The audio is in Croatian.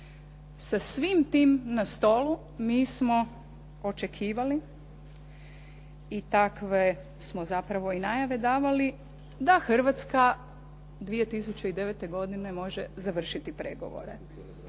Sa svim tim na stolu mi smo očekivali i takve smo zapravo i najave davali da Hrvatska 2009. godine može završiti pregovore.